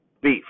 beef